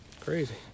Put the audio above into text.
Crazy